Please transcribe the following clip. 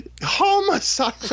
homicide